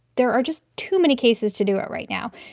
there are just too many cases to do it right now.